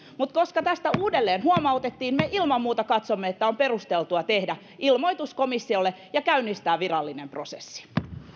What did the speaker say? mutta koska tästä uudelleen huomautettiin me ilman muuta katsomme että on perusteltua tehdä ilmoitus komissiolle ja käynnistää virallinen prosessi